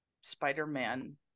Spider-Man